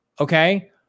okay